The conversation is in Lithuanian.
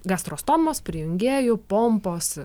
gastrostomos prijungėjų pompos